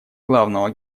главного